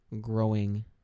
growing